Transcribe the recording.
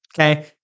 okay